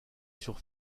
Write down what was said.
sur